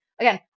Again